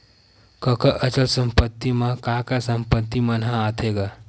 कका अचल संपत्ति मा काय काय संपत्ति मन ह आथे गा?